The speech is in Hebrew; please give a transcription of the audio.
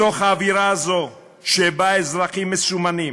בתוך האווירה הזו שבה אזרחים מסומנים